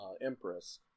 empress